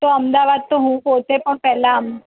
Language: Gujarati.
તો અમદાવાદ તો હું પોતે પણ પહેલાં